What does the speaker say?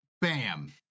Bam